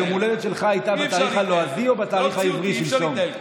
יום ההולדת שלך היה בתאריך הלועזי או בתאריך העברי שלשום?